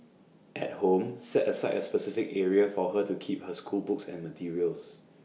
at home set aside A specific area for her to keep her schoolbooks and materials